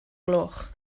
gloch